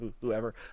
whoever